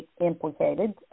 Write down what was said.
implicated